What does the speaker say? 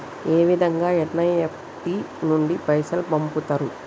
ఏ విధంగా ఎన్.ఇ.ఎఫ్.టి నుండి పైసలు పంపుతరు?